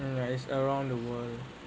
it rise around the world